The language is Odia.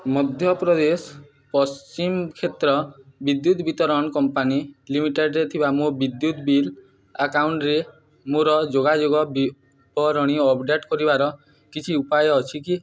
ମଧ୍ୟପ୍ରଦେଶ ପଶ୍ଚିମ କ୍ଷେତ୍ର ବିଦ୍ୟୁତ ବିତରନ୍ କମ୍ପାନୀ ଲିମିଟେଡ଼୍ରେ ଥିବା ମୋ ବିଦ୍ୟୁତ ବିଲ୍ ଆକାଉଣ୍ଟରେ ମୋର ଯୋଗାଯୋଗ ବିବରଣୀ ଅପଡ଼େଟ୍ କରିବାର କିଛି ଉପାୟ ଅଛି କି